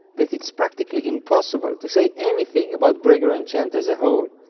that it's practically impossible to say anything about gregorian chant as a whole.